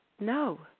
No